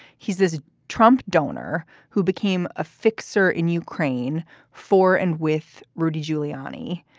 he's this trump donor who became a fixer in ukraine for and with rudy giuliani.